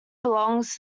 belongs